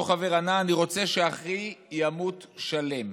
אותו חבר ענה: אני רוצה שאחי ימות שלם.